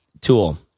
tool